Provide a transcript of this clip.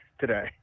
today